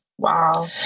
Wow